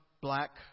black